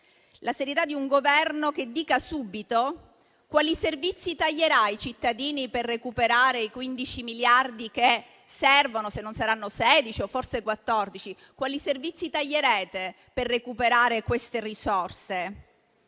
la serietà di un Governo che dica subito quali servizi taglierà ai cittadini per recuperare i 15 miliardi che servono (se non saranno 16 o forse 14 miliardi). Quali servizi taglierete per recuperare queste risorse?